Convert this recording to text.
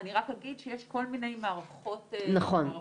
אני רק אגיד שיש כל מיני מערכות לסינון.